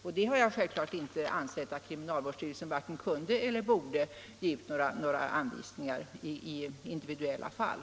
Jag har självfallet inte ansett att kriminalvårdsstyrelsen vare sig kunde eller borde utfärda några anvisningar för individuella fall.